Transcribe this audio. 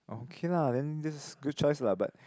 okay lah then this is good choice lah but